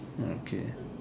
okay